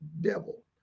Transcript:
devil